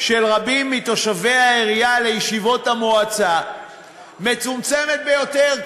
של רבים מתושבי העירייה לישיבות המועצה מצומצמת ביותר,